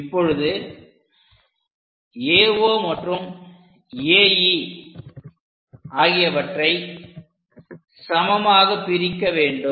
இப்பொழுது AO மற்றும் AE ஆகியவற்றை சமமாக பிரிக்க வேண்டும்